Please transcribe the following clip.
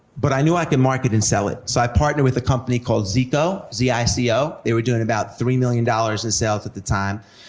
but i knew i could market and sell it, so i partnered with a company called zico, z i c o, they were doing about three million dollars in sales at the time.